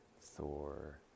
Thor